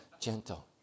gentle